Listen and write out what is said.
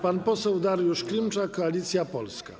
Pan poseł Dariusz Klimczak, Koalicja Polska.